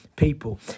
People